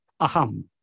aham